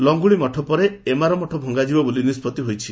ଲଙ୍ଗୁଳିମଠ ପରେ ଏମଆର ମଠ ଭଙ୍ଙାଯିବ ବୋଲି ନିଷ୍ବଉ ହୋଇଛି